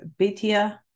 Betia